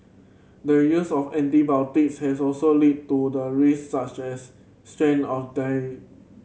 the use of antibiotics has also lead to the rise such as strain of the